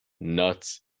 nuts